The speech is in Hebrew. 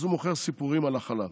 אז הוא מוכר סיפורים על הכלה.